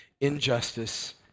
injustice